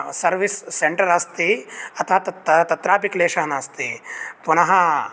service centre अस्ति अतः तत् तत्रापि क्लेशः नास्ति पुनः